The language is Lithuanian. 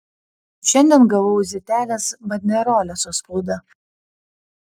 šiandien gavau zitelės banderolę su spauda